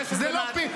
אז אני אגיד לך.